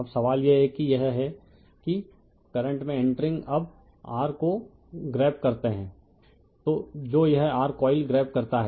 अब सवाल यह है कि यह है कि करंट में इंटरिंग अब r को ग्रैब करता है जो यह r कॉइल ग्रैब करता है